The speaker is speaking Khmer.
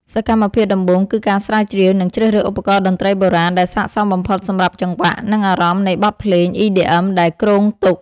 សកម្មភាពដំបូងគឺការស្រាវជ្រាវ និងជ្រើសរើសឧបករណ៍តន្ត្រីបុរាណដែលស័ក្តិសមបំផុតសម្រាប់ចង្វាក់ និងអារម្មណ៍នៃបទភ្លេង EDM ដែលគ្រោងទុក។